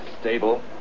stable